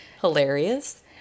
hilarious